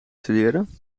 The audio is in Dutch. studeren